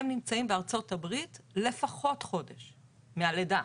הם נמצאים בארצות הברית לפחות חודש מהלידה,